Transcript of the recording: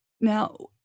Now